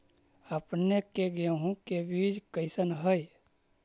अपने के गेहूं के बीज कैसन है?